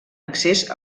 accés